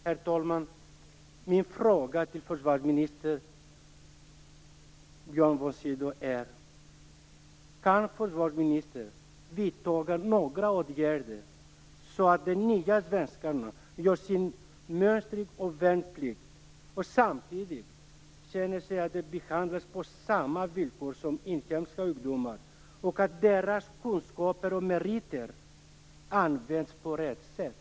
Herr talman! Min fråga till försvarsminister Björn von Sydow är: Kan försvarsministern vidta några åtgärder så att de nya svenskar som mönstrar och gör sin värnplikt samtidigt känner att de behandlas på samma villkor som inhemska ungdomar och att deras kunskaper och meriter används på rätt sätt?